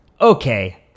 Okay